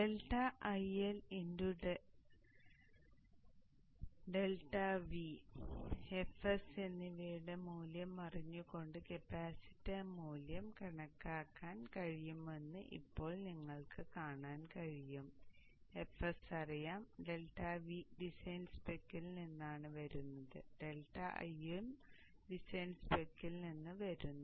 അതിനാൽ ∆IL ∆V fs എന്നിവയുടെ മൂല്യം അറിഞ്ഞുകൊണ്ട് കപ്പാസിറ്റർ മൂല്യം കണക്കാക്കാൻ കഴിയുമെന്ന് ഇപ്പോൾ നിങ്ങൾക്ക് കാണാൻ കഴിയും fs അറിയാം ∆V ഡിസൈൻ സ്പെക്കിൽ നിന്നാണ് വരുന്നത് ∆IL ഉം ഡിസൈൻ സ്പെക്കിൽ നിന്നും വരുന്നു